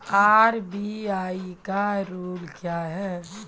RBI का rule क्या हैं?